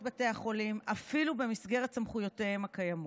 בבתי חולים אפילו במסגרת סמכויותיהם הקיימות.